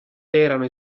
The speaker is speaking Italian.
erano